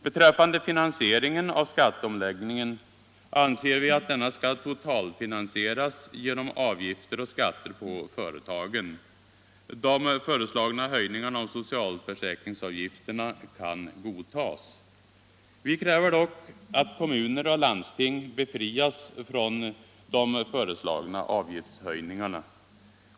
Beträffande finansieringen av skatteomläggningen anser vi att denna skall totalfinansieras genom avgifter och skatter på företagen. De föreslagna höjningarna av socialförsäkringsavgifterna kan godtas. Vi kräver dock att kommuner och landsting befrias från de föreslagna avgiftshöjningarna.